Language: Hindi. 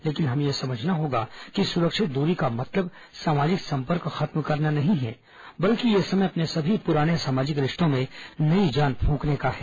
लेकिन हमें यह समझना होगा कि सुरक्षित दूरी का मतलब सामाजिक संपर्क खत्म करना नहीं है बल्कि यह समय अपने सभी पुराने सामाजिक रिश्तों में नई जान फूंकने का है